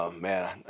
Man